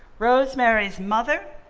rosemary's mother,